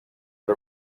but